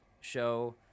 show